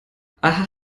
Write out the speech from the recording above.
aha